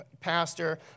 pastor